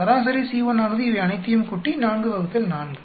சராசரி C1ஆனது இவையனைத்தையும் கூட்டி 4 4